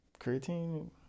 Creatine